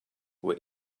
were